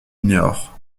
niort